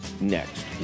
next